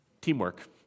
Teamwork